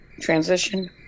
transition